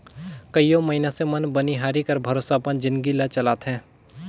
कइयो मइनसे मन बनिहारी कर भरोसा अपन जिनगी ल चलाथें